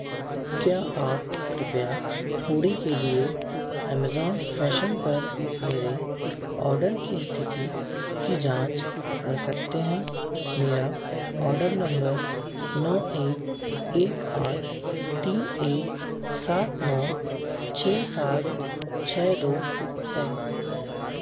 क्या आप कृपया हूडी के लिए अमेज़ॉन फैशन पर मेरे ऑर्डर की स्थिति की जाँच कर सकते हैं मेरा ऑर्डर नंबर नौ एक एक आठ तीन एक सात नौ छः सात छः दो है